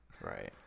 Right